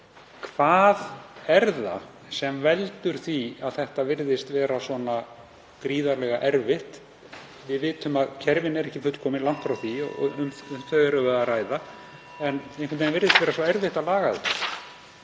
Hvað er það sem veldur því að þetta virðist vera svona gríðarlega erfitt? Við vitum að kerfin eru ekki fullkomin, langt frá því, og um þau erum við að ræða. En einhvern veginn virðist vera svo erfitt að laga þetta.